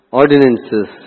ordinances